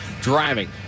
Driving